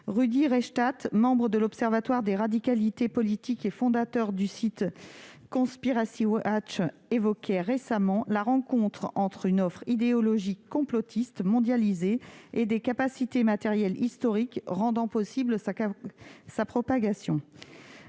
Rudy Reichstadt, membre de l'Observatoire des radicalités politiques et fondateur du site Conspiracy Watch, évoquait récemment la rencontre entre une offre idéologique complotiste mondialisée et des capacités matérielles historiques, rendant possible sa propagation.